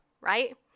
right